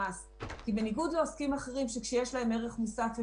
גביית המסים שלכם במקום בו אפשר לנסות ולגבות את הכסף,